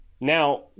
Now